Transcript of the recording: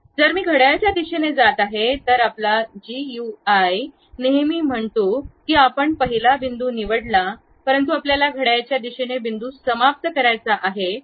जर मी घड्याळाच्या दिशेने जात आहे तर आपला GUI नेहमी म्हणतो की आपण पहिला बिंदू निवडला परंतु आपल्याला घड्याळाच्या दिशेने बिंदू समाप्त करायचा आहे